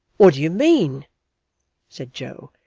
what do you mean said joe,